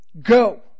Go